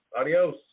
Adios